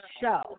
show